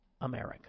America